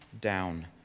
down